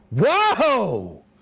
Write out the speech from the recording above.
whoa